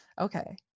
Okay